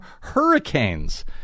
hurricanes